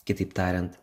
kitaip tariant